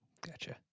Gotcha